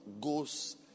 goes